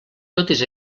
totes